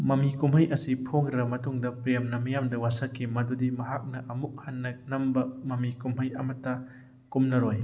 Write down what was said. ꯃꯃꯤ ꯀꯨꯝꯍꯩ ꯑꯁꯤ ꯐꯣꯡꯈ꯭ꯔꯕ ꯃꯇꯨꯡꯗ ꯄ꯭ꯔꯦꯝꯅ ꯃꯤꯌꯥꯝꯗ ꯋꯥꯁꯛꯈꯤ ꯃꯗꯨꯗꯤ ꯃꯍꯥꯛꯅ ꯑꯃꯨꯛ ꯍꯟꯅ ꯅꯝꯕ ꯃꯃꯤ ꯀꯨꯝꯍꯩ ꯑꯃꯇ ꯀꯨꯝꯂꯔꯣꯏ